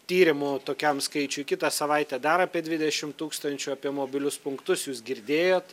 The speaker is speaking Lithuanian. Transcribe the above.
tyrimų tokiam skaičiui kitą savaitę dar apie dvidešimt tūkstančių apie mobilius punktus jūs girdėjot